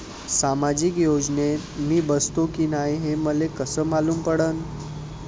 सामाजिक योजनेत मी बसतो की नाय हे मले कस मालूम पडन?